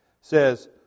says